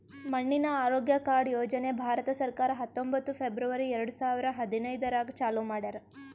ಮಣ್ಣಿನ ಆರೋಗ್ಯ ಕಾರ್ಡ್ ಯೋಜನೆ ಭಾರತ ಸರ್ಕಾರ ಹತ್ತೊಂಬತ್ತು ಫೆಬ್ರವರಿ ಎರಡು ಸಾವಿರ ಹದಿನೈದರಾಗ್ ಚಾಲೂ ಮಾಡ್ಯಾರ್